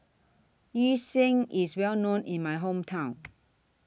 Yu Sheng IS Well known in My Hometown